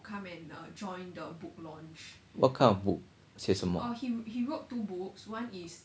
what kind of book 写什么